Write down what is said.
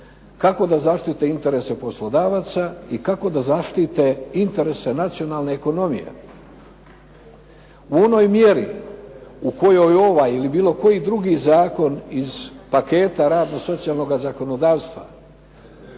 kako da zaštite interese poslodavaca i kako da zaštite interese nacionalne ekonomije. U onoj mjeri u kojoj ovaj ili bilo koji drugi zakon iz paketa radno-socijalnoga zakonodavstva